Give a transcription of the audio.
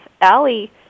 Allie